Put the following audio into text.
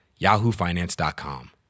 yahoofinance.com